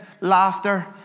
laughter